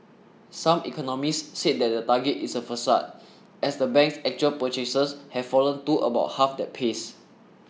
some economists said that the target is a facade as the bank's actual purchases have fallen to about half that pace